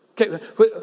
Okay